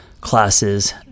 classes